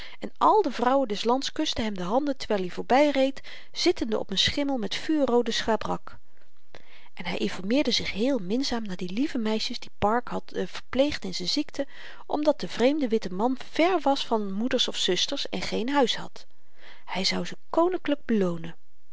en al de vrouwen des lands kusten hem de handen terwyl i voorby reed zittende op n schimmel met vuurrooden schabrak en hy informeerde zich heel minzaam naar de lieve meisjes die park hadden verpleegd in z'n ziekte omdat de vreemde witte man ver was van moeder of zusters en geen huis had hy zou ze koninklyk beloonen